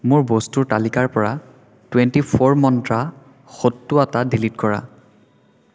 মোৰ বস্তুৰ তালিকাৰ পৰা টুৱেণ্টি ফ'ৰ মন্ত্ৰা সত্তু আটা ডিলিট কৰা